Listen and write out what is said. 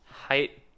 Height